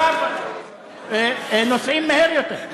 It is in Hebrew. עכשיו נוסעים מהר יותר.